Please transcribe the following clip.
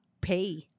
pay